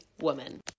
woman